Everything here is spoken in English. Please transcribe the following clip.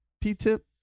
P-tip